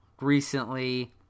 recently